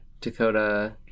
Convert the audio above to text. Dakota